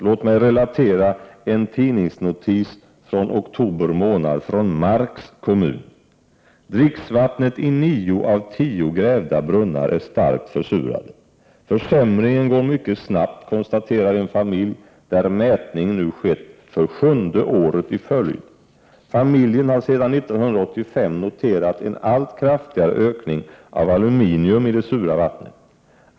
Låt mig relatera en tidningsnotis från oktober månad från Marks kommun. Dricksvattnet i nio av tio grävda brunnar är starkt försurat. Försämringen går mycket snabbt, konstaterar en familj där mätning nu skett för sjunde året i följd. Familjen har sedan 1985 noterat en allt kraftigare ökning av aluminium i det sura vattnet.